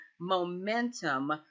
Momentum